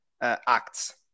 acts